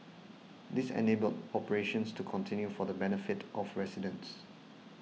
this enabled operations to continue for the benefit of residents